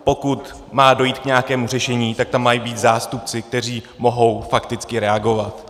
Pokud má dojít k nějakému řešení, tak tam mají být zástupci, kteří mohou fakticky reagovat.